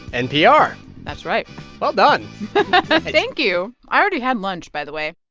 npr that's right well done thank you. i already had lunch, by the way